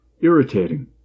irritating